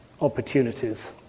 opportunities